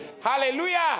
Hallelujah